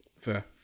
fair